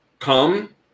Come